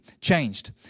changed